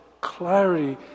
clarity